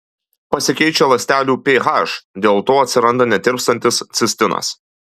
pasikeičia ląstelių ph dėl to atsiranda netirpstantis cistinas